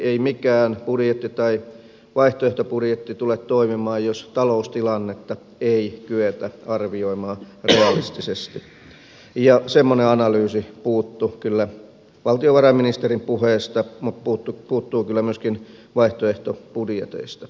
ei mikään budjetti tai vaihtoehtobudjetti tule toimimaan jos taloustilannetta ei kyetä arvioimaan realistisesti ja semmoinen analyysi puuttui kyllä valtiovarainministerin puheesta mutta puuttuu kyllä myöskin vaihtoehtobudjeteista